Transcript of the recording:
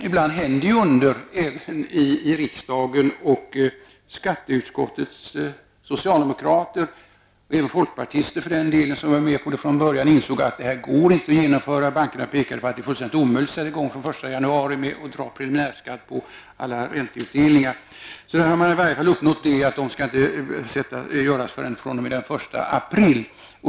Ibland händer dock under även i riksdagen. Skatteutskottets socialdemokrater och även folkpartister för den delen som var med på detta från början insåg att det inte går att genomföra. Bankerna pekade på att det är fullständigt omöjligt att sätta i gång från den 1 januari med att dra preliminär skatt på alla ränteutdelningar. Man har i alla fall uppnått att det inte skall ske förrän den 1 april.